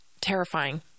terrifying